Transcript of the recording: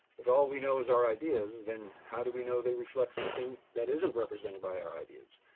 if all we know is our ideas, then how do we know they reflect something that isn't represented by our ideas.